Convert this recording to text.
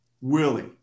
Willie